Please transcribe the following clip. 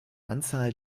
anzahl